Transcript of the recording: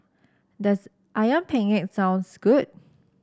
does ayam penyet taste good